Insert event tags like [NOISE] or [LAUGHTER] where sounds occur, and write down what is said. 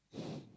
[BREATH]